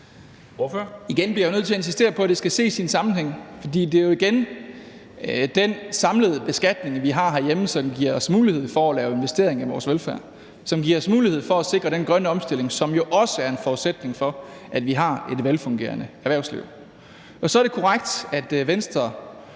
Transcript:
Igen bliver jeg nødt til at insistere på, at det skal ses i en sammenhæng, for det er jo igen den samlede beskatning, vi har herhjemme, som giver os mulighed for at for at lave investeringer i vores velfærd, som giver os mulighed for at sikre den grønne omstilling, som jo også er en forudsætning for, at vi har et velfungerende erhvervsliv. Så er det korrekt, at Venstre